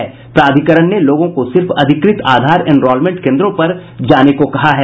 UIDAI ने लोगों को सिर्फ अधिकृत आधार एनरोलमेंट केन्द्रों पर जाने को कहा है